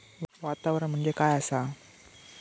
वातावरण म्हणजे काय आसा?